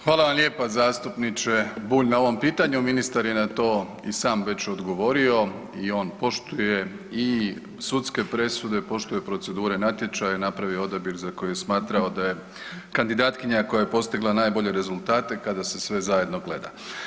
Hvala vam lijepa zastupniče Bulj na ovom pitanju, ministar je na to i sam već odgovorio i on poštuje i sudske presude, poštuje procedure natječaja i napravio odabir za kojeg je smatrao da je kandidatkinja koja je postigla najbolje rezultate kada se sve zajedno gleda.